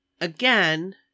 Again